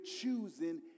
choosing